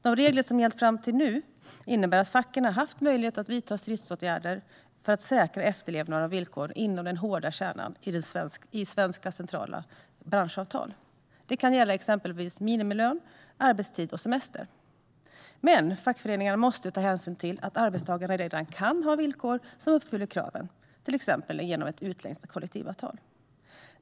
De regler som gällt fram till nu innebär att facken haft möjlighet att vidta stridsåtgärder för att säkra efterlevnaden av villkor inom den hårda kärnan i ett svenskt centralt branschavtal. Det kan gälla exempelvis minimilön, arbetstid och semester. Men fackföreningarna måste ta hänsyn till att arbetstagarna redan kan ha villkor som uppfyller kraven, till exempel genom ett utländskt kollektivavtal.